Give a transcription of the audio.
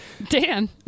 Dan